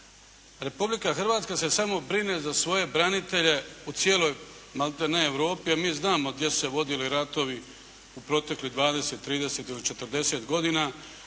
Republika Hrvatska se samo brine za svoje branitelje u cijeloj maltene Europi, a mi znamo gdje su se vodili ratovi u proteklih 20, 30 ili 40 godina